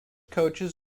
coaches